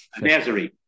Nazarene